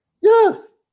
Yes